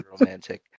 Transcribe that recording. romantic